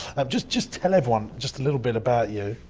um just just tell everyone just a little bit about you.